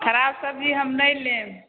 खराब सब्जी हम नहि लेब